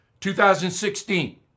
2016